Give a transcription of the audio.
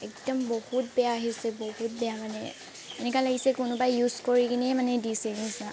একদম বহুত বেয়া আহিছে বহুত বেয়া মানে এনেকুৱা লাগিছে কোনোবাই ইউজ কৰি পিনি মানে দিছে নিচনা